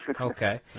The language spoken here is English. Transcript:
Okay